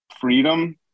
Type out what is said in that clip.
freedom